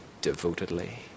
devotedly